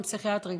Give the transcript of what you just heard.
אין פסיכיאטרים,